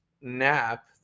nap